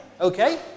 Okay